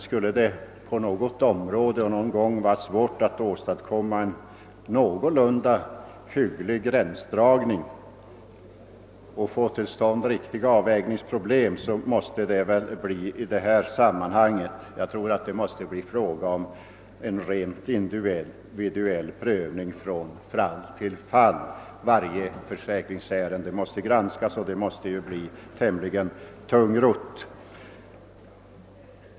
Är det på något område svårt att åstadkomma en någorlunda hygglig gränsdragning och att göra riktiga avvägningar, så måste det väl vara på detta område. Jag tror att det måste bli fråga om en rent individuell prövning från fall till fall; varje försäkringsärende måste granskas, och det kommer säkerligen att bli tämligen tungrott.